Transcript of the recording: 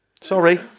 sorry